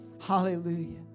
Hallelujah